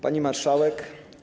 Pani Marszałek!